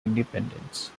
independence